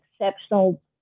exceptional